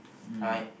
right